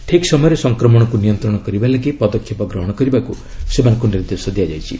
ଠିକ୍ ସମୟରେ ସଂକ୍ରମଣକୁ ନିୟନ୍ତ୍ରଣ କରିବା ଲାଗି ପଦକ୍ଷେପ ଗ୍ରହଣ କରିବାକୁ ସେମାନଙ୍କୁ ନିର୍ଦ୍ଦେଶ ଦିଆଯାଇଛି